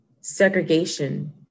Segregation